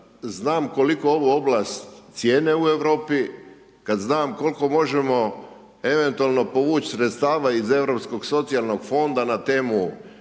znam koliko ovu oblast cijene u Europi, kada znam koliko možemo eventualno povući sredstava iz Europskog socijalnog fonda na temu